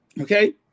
Okay